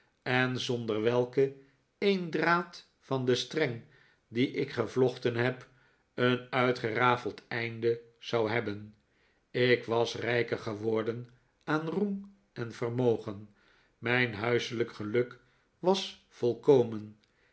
en zonder welke een draad van de streng die ik gevlochten heb een uitgerafeld einde zou hebben ik was rijker geworden aan roem en vermogen mijn huiselijk geluk was volkomen